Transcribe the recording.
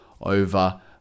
over